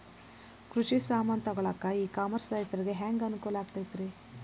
ಕೃಷಿ ಸಾಮಾನ್ ತಗೊಳಕ್ಕ ಇ ಕಾಮರ್ಸ್ ರೈತರಿಗೆ ಹ್ಯಾಂಗ್ ಅನುಕೂಲ ಆಕ್ಕೈತ್ರಿ?